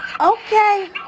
okay